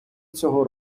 цього